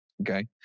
okay